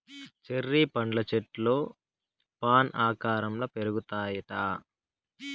cherry పండ్ల చెట్లు fan ఆకారంల పెరుగుతాయిట